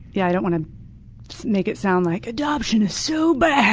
yeah i don't want to make it sound like, adoption is so bad,